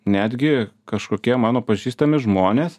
netgi kažkokie mano pažįstami žmonės